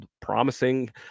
promising